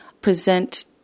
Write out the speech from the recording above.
present